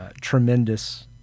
tremendous